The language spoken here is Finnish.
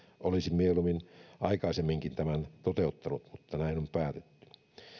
olisin mieluummin aikaisemminkin tämän toteuttanut mutta näin on päätetty